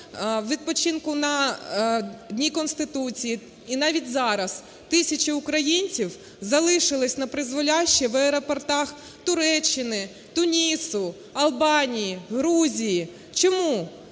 відпочинку на Дні Конституції, і навіть зараз тисячі українців залишились напризволяще в аеропортах Туреччини, Тунісу, Албанії, Грузії. Чому?